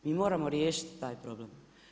Mi moramo riješiti taj problem.